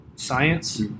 Science